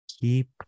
keep